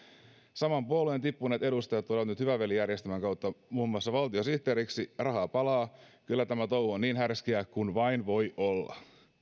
saman puolueen tippuneet edustajat tulevat nyt hyvä veli järjestelmän kautta muun muassa valtiosihteereiksi rahaa palaa kyllä tämä touhu on niin härskiä kuin vain voi olla